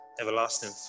Everlasting